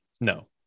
no